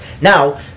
Now